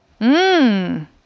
Mmm